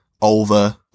over